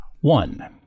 One